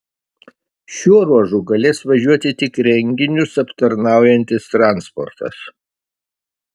šiuo ruožu galės važiuoti tik renginius aptarnaujantis transportas